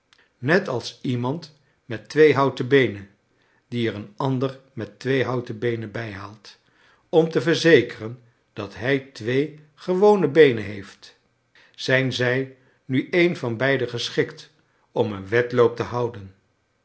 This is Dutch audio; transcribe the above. net als iemand met twee houten beenen die er een ander met twee houten beenen bij haalt om te verzekeren dat hij twee gewone beenen heeft zijn zij nu een van beiden geschikt om een wedloop te houden